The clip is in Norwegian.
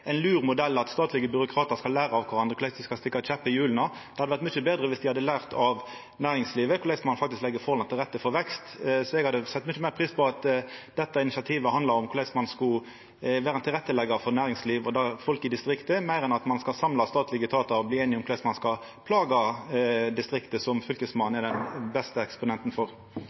ein lur modell at statlege byråkratar skal læra av kvarandre korleis dei skal stikka kjeppar i hjula. Det hadde vore mykje betre viss dei hadde lært av næringslivet korleis ein legg forholda til rette for vekst. Eg hadde sett mykje meir pris på at dette initiativet handla om korleis ein skal vera ein som legg til rette for næringsliv og folk i distrikta, enn at ein skal samla statlege etatar og bli einige om korleis ein skal plaga distrikta, som Fylkesmannen er den beste eksponenten for.